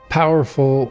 powerful